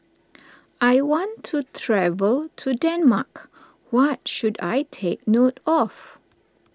I want to travel to Denmark what should I take note of